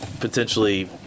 potentially